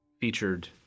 featured